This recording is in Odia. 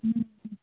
ହୁଁ